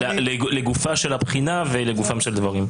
לגופה של הבחינה ולגופם של הדברים.